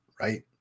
right